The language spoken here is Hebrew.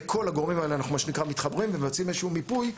לכל הגורמים האלה אנחנו מתחברים ומבצעים איזשהו מיפוי,